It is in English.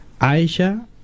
Aisha